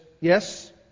yes